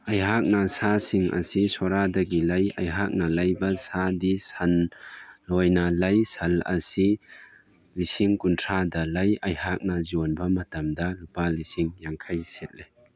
ꯑꯩꯍꯥꯛꯅ ꯁꯥꯁꯤꯡ ꯑꯁꯤ ꯁꯣꯔꯥꯗꯒꯤ ꯂꯩ ꯑꯩꯍꯥꯛꯅ ꯂꯩꯕ ꯁꯥꯗꯤ ꯁꯟ ꯑꯣꯏꯅ ꯂꯩ ꯁꯟ ꯑꯁꯤ ꯂꯤꯁꯤꯡ ꯀꯨꯟꯊ꯭ꯔꯥꯗ ꯂꯩ ꯑꯩꯍꯥꯛꯅ ꯌꯣꯟꯕ ꯃꯇꯝꯗ ꯂꯨꯄꯥ ꯂꯤꯁꯤꯡ ꯌꯥꯡꯈꯩ ꯁꯤꯠꯂꯤ